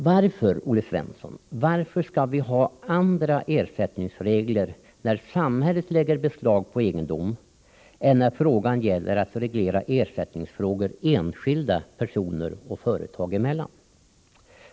Varför, Olle Svensson, skall vi ha andra ersättningsregler när samhället lägger beslag på egendom än när det gäller att reglera frågor om ersättning enskilda personer och företag emellan?